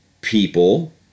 people